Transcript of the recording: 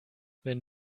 wenn